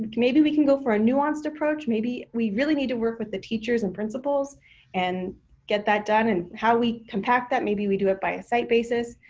maybe we can go for a nuanced approach. maybe we really need to work with the teachers and principals and get that done and how we compact that maybe we do it by a site basis